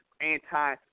anti